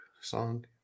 song